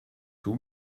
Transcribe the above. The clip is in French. tout